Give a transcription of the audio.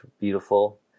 beautiful